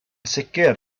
sicr